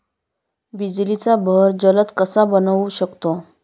बिजलीचा बहर जलद कसा बनवू शकतो?